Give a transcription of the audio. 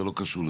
זה לא קשור לזה.